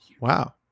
Wow